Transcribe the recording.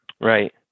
Right